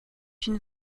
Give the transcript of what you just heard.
une